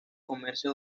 comerse